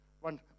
One